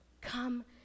Come